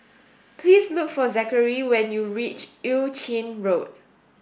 please look for Zakary when you reach Eu Chin Road